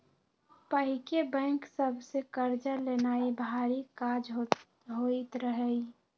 पहिके बैंक सभ से कर्जा लेनाइ भारी काज होइत रहइ